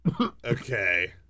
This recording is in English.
Okay